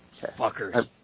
Fuckers